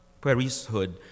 priesthood